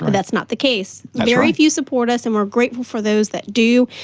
but, that's not the case. very few support us, and we're grateful for those that do.